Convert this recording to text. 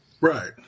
right